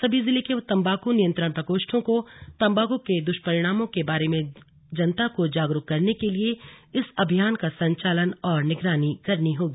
सभी जिले के तम्बाकू नियंत्रण प्रकोष्ठों को तम्बाकू के दुष्परिणामों के बारे में जनता को जागरूक करने के लिए इस अभियान का संचालन और निगरानी करनी होगी